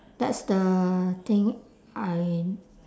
that's the thing I